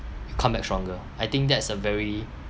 come back stronger I think that's a very